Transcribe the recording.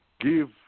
give